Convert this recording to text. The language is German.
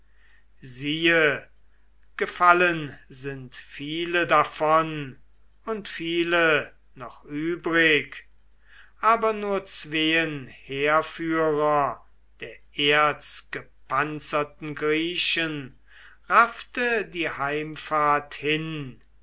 siehe gefallen sind viele davon und viele noch übrig aber nur zween heerführer der erzgepanzerten griechen raffte die heimfahrt hin